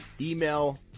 Email